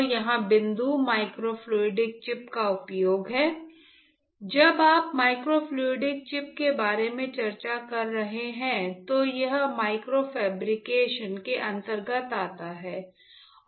तो यहाँ बिंदु माइक्रोफ्लूडिक चिप का उपयोग है जब आप माइक्रोफ्लूडिक चिप के बारे में चर्चा कर रहे हैं तो यह माइक्रो फैब्रिकेशन के अंतर्गत आता है